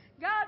God